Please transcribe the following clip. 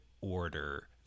order